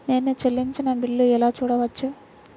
నేను చెల్లించిన బిల్లు ఎలా చూడవచ్చు?